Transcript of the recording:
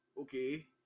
Okay